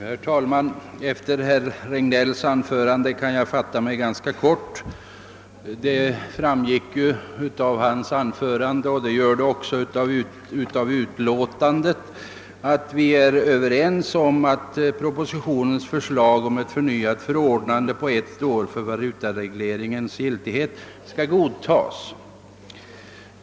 Herr talman! Efter herr Regnélls anförande kan jag fatta mig ganska kort. Det framgick ju av anförandet liksom det framgår av utskottsutlåtandet — att vi är överens om att departementschefens förslag om fortsatt valutareglering under ett år skall godtagas.